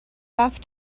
have